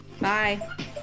Bye